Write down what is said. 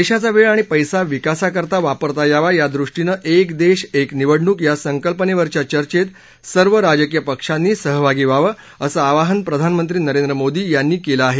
देशाचा वेळ आणि पैसा विकासाकरता वापरता यावा यादृष्टीनं एक देश एक निवडणूक या संकल्पनेवरच्या चर्चेत सर्व राजकीय पक्षांनी सहभागी व्हावं असं आवाहन प्रधानमंत्री नरेंद्र मोदी यांनी केलं आहे